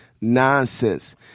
nonsense